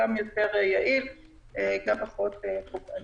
זה גם יותר יעיל וגם פחות פוגעני.